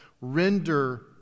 Render